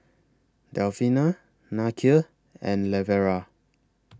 Delfina Nakia and Lavera